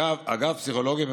אגב פסיכולוגים,